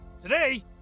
Today